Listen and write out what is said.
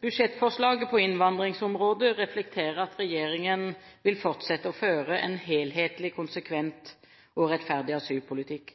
Budsjettforslaget på innvandringsområdet reflekterer at regjeringen vil fortsette å føre en helhetlig, konsekvent og rettferdig asylpolitikk.